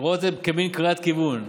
רואות את זה כמין קריאת כיוון.